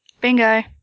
Bingo